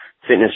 fitness